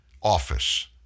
office